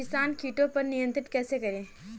किसान कीटो पर नियंत्रण कैसे करें?